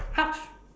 touch